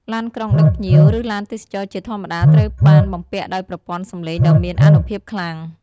ឡានក្រុងដឹកភ្ញៀវ ឬឡានទេសចរណ៍ជាធម្មតាត្រូវបានបំពាក់ដោយប្រព័ន្ធសម្លេងដ៏មានអនុភាពខ្លាំង។